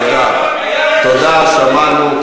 תודה, שמענו.